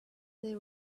they